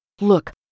Look